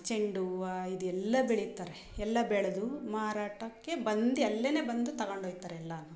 ಚೆಂಡು ಹೂವ ಇದೆಲ್ಲ ಬೆಳೀತಾರೆ ಎಲ್ಲ ಬೆಳೆದು ಮಾರಾಟಕ್ಕೆ ಬಂದು ಅಲ್ಲೇ ಬಂದು ತಗೊಂಡು ಹೋಯ್ತಾರೆ ಎಲ್ಲಾ